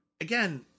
again